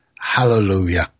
Hallelujah